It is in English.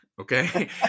okay